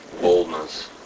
boldness